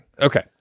Okay